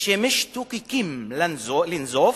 שמשתוקקים לנזוף